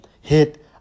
Hit